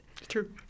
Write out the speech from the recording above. True